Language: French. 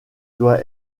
doit